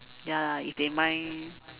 ya lah if they mind